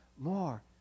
more